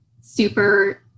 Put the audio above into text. super